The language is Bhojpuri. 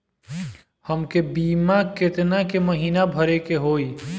हमके बीमा केतना के महीना भरे के होई?